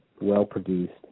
well-produced